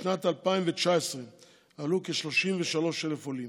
בשנת 2019 עלו כ-33,000 עולים,